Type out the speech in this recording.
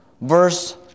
verse